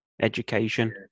education